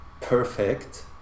perfect